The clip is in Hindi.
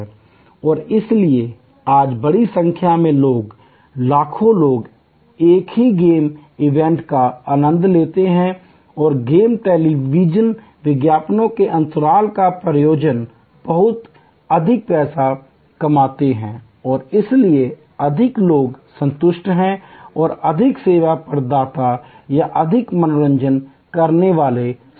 और इसलिए आज बड़ी संख्या में लोग लाखों लोग एक ही गेम इवेंट का आनंद लेते हैं और गेम टेलीविज़न विज्ञापनों के अंतराल पर प्रायोजन द्वारा बहुत अधिक पैसा कमाते हैं और इसलिए अधिक लोग संतुष्ट हैं और अधिक सेवा प्रदाता या अधिक मनोरंजन करने वाले समृद्ध हैं